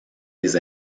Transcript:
des